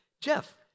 Jeff